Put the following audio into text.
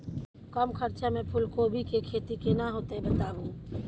कम खर्चा में फूलकोबी के खेती केना होते बताबू?